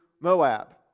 Moab